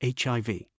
HIV